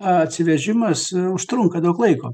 atsivežimas užtrunka daug laiko